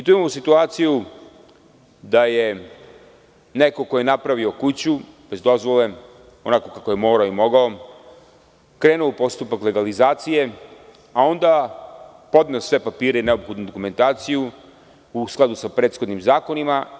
Tu imamo situaciju da je neko ko je napravio kuću bez dozvole, onako kako je morao i mogao, krenuo u postupak legalizacije, a onda je podneo sve papire i neophodnu dokumentaciju u skladu sa prethodnim zakonima.